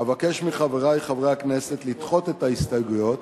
אבקש מחברי חברי הכנסת לדחות את ההסתייגויות